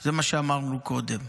זה מה שאמרנו קודם.